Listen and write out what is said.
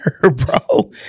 bro